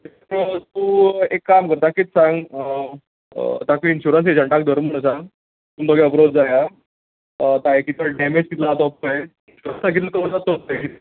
तूं एक काम कर ताका कितें सांग ताका इनशुरन्स एजंटाक दर म्हणून सांग तुमी दोगी एप्रोच जाया पार्टीचो डेमेज कितलो आसा तो पळय तागेली तो आसा तोच पळय